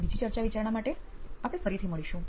બીજી ચર્ચા માટે આપણે ફરીથી મળીશું